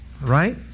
Right